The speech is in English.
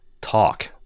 talk